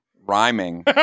rhyming